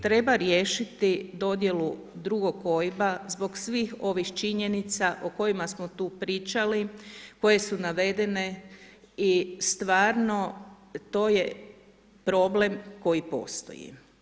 Treba riješiti dodjelu drugog OIB-a zbog svih ovih činjenica o kojima smo tu pričali, koje su navedene i stvarno to je problem koji postoji.